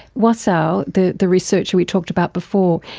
wasow, the the researcher we talked about before,